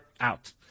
out